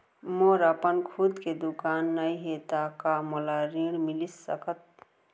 मोर अपन खुद के दुकान नई हे त का मोला ऋण मिलिस सकत?